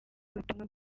ubutumwa